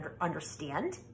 understand